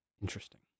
Interesting